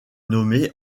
nommée